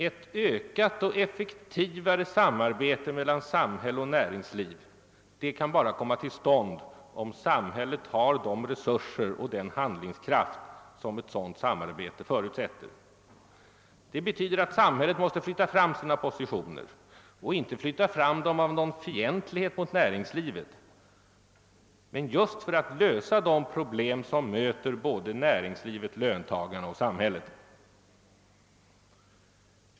Ett ökat och effektivare samarbete mellan samhälle och näringsliv kan bara komma till stånd om samhället har de resurser och den handlingskraft som ett sådant samarbete förutsätter. Det betyder att det måste flytta fram sina positioner, inte av någon fientlighet mot näringslivet utan just för att lösa de problem som möter såväl näringslivet som löntagarna och samhället.